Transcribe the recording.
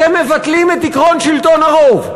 אתם מבטלים את עקרון שלטון הרוב.